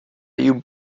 you